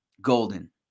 golden